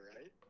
right